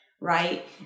Right